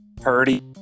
Purdy